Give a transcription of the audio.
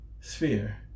Sphere